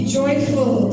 joyful